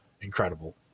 incredible